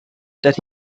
that